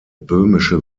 böhmische